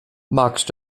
magst